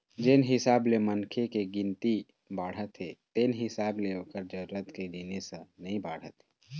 जेन हिसाब ले मनखे के गिनती बाढ़त हे तेन हिसाब ले ओखर जरूरत के जिनिस ह नइ बाढ़त हे